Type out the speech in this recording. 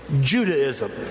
Judaism